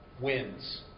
wins